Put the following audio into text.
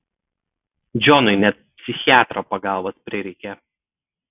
džonui net psichiatro pagalbos prireikė